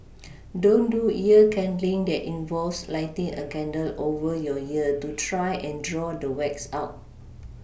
don't do ear candling that involves lighting a candle over your ear to try and draw the wax out